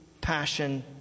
passion